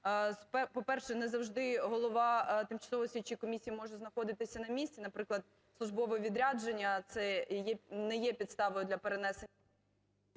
По-перше, не завжди голова тимчасової слідчої комісії може знаходитися на місці, наприклад, службове відрядження, це не є підставою для...